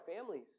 families